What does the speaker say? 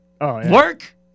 work